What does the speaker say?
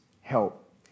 help